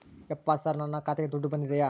ಯಪ್ಪ ಸರ್ ನನ್ನ ಖಾತೆಗೆ ದುಡ್ಡು ಬಂದಿದೆಯ?